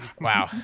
Wow